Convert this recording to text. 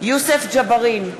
יוסף ג'בארין,